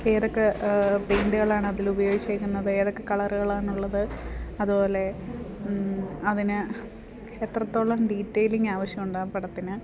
ഏതൊക്കെ പേയിൻ്റുകളാണ് അതിൽ ഉപയോഗിച്ചിരിക്കുന്നത് ഏതൊക്കെ കളറുകളാണെന്നുള്ളത് അതുപോലെ അവന് എത്രത്തോളം ഡീറ്റേയ്ലിങ്ങ് ആ പടത്തിന്